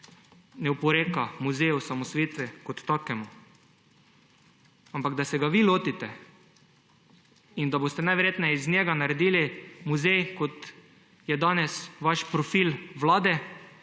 ne oporeka muzeju osamosvojitve kot takemu, ampak da se ga vi lotite in da boste najverjetneje iz njega naredili muzej, kot je danes vaš profil vlade,